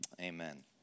Amen